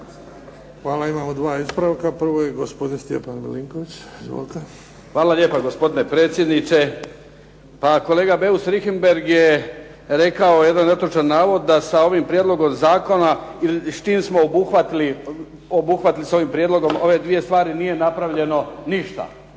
MIlinković. Izvolite. **Milinković, Stjepan (HDZ)** Hvala lijepa gospodine predsjedniče. Kolega Beus Richembergh je rekao jedan netočan navod da sa ovim Prijedlogom zakona, s čim smo obuhvatili s ovim prijedlogom, ove dvije stvari nije napravljeno ništa.